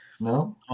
No